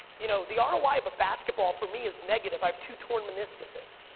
you know the ah roi of a basketball for me is negative, i have to torn meniscuses,